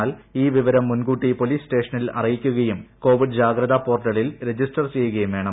എന്നാൽ ഈ വിവരം മൂൻകൂട്ടി പോലീസ് സറ്റേഷനിൽ അറിയിക്കുകയും കോവിഡ് ജാഗ്രതാ പോർട്ടലിൽ രജിസ്റ്റർ ചെയ്യുകയും വേണം